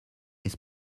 his